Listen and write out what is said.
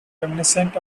reminiscent